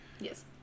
yes